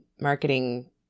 marketing